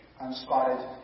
unspotted